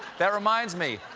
that reminds me,